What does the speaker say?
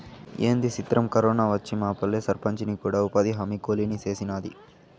ఏంది సిత్రం, కరోనా వచ్చి మాపల్లె సర్పంచిని కూడా ఉపాధిహామీ కూలీని సేసినాది